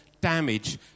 damage